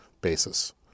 basis